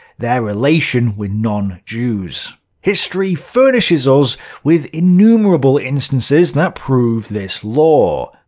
their relation with non-jews. history furnishes us with innumerable instances that prove this law.